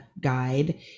guide